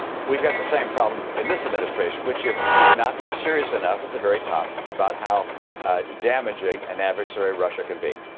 we've got the same problem in this administration, which we've not been serious enough at the very top about how damaging an adversary russia can be.